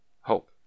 hope